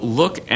look